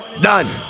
Done